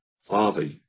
Father